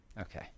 Okay